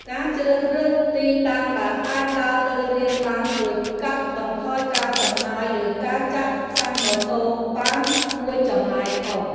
ការជ្រើសរើសទីតាំងដែលអាចដើរទៅរៀនបានជួយកាត់បន្ថយការចំណាយលើការចាក់សាំងម៉ូតូបានមួយចំណែកធំ។